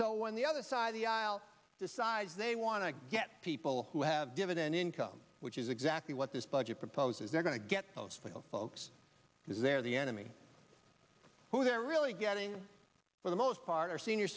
when the other side of the aisle decides they want to people who have given an income which is exactly what this budget proposes they're going to get postal folks because they're the enemy who they're really getting for the most part are senior